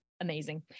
amazing